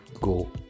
go